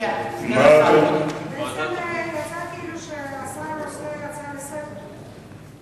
בעצם יצא שהשר מציע הצעה לסדר-היום,